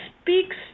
speaks